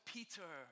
Peter